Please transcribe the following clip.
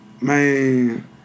man